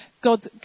God